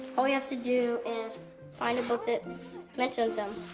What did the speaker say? all we have to do is find a book that mentions him.